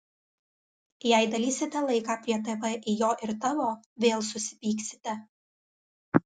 jei dalysite laiką prie tv į jo ir tavo vėl susipyksite